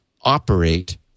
operate